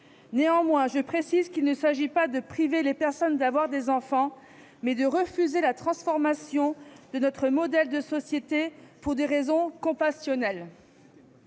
Néanmoins, je précise qu'il s'agit non pas de priver les personnes d'avoir des enfants, mais de refuser la transformation de notre modèle de société pour des raisons compassionnelles.